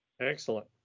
Excellent